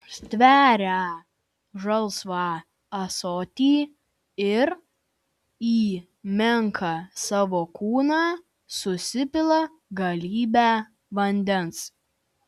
stveria žalsvą ąsotį ir į menką savo kūną susipila galybę vandens